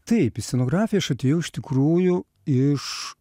taip į scenografiją aš atėjau iš tikrųjų iš